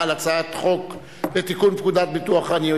לא היה ידוע על שום רוכב אופנוע